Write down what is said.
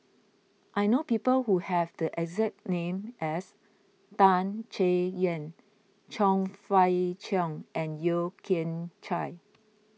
I know people who have the exact name as Tan Chay Yan Chong Fah Cheong and Yeo Kian Chai